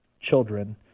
children